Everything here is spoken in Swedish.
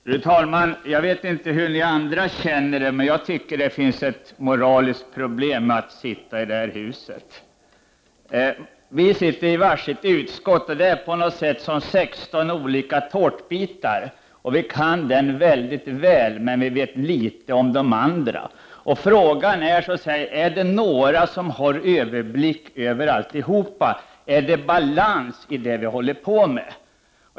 Fru talman! Jag vet inte hur ni andra känner det, men jag tycker att det finns ett moraliskt problem som sammanhänger med att man sitter i det här huset. Vi sitter i olika utskott, och det är på något sätt som 16 olika tårtbitar. Vi kan vår bit mycket väl, men vet litet om de andra. Frågan blir då: Är det några som har överblick över alltihop? Är det balans i det som vi håller på med?